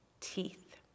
teeth